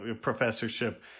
professorship